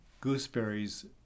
gooseberries